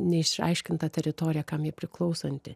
neišaiškinta teritorija kam ji priklausanti